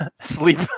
sleep